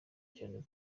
cyane